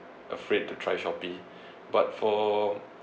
afraid to try Shopee but for